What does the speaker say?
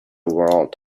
world